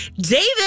David